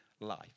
life